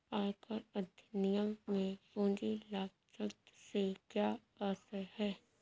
आयकर अधिनियम में पूंजी लाभ शब्द से क्या आशय है?